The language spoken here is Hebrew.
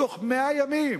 בתוך 100 ימים